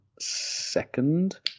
second